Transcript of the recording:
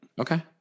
Okay